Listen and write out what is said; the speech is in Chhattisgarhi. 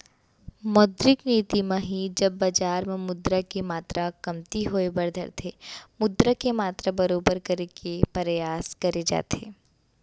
मौद्रिक नीति म ही जब बजार म मुद्रा के मातरा कमती होय बर धरथे मुद्रा के मातरा बरोबर करे के परयास करे जाथे